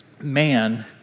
man